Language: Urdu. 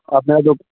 آپ نے جو